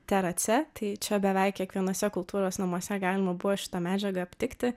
terace tai čia beveik kiekvienuose kultūros namuose galima buvo šitą medžiagą aptikti